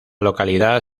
localidad